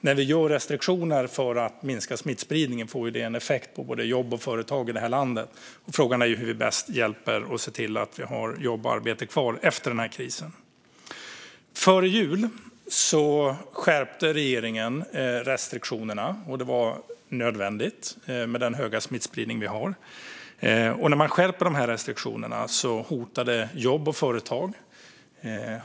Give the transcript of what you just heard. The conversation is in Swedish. När vi inför restriktioner för att minska smittspridningen får ju det en effekt på både jobb och företag i det här landet, och frågan är hur vi bäst hjälper till att se till att vi har jobb och arbeten kvar efter krisen. Före jul skärpte regeringen restriktionerna. Det var nödvändigt med den höga smittspridning vi har. När man skärper restriktionerna hotar det jobb och företag.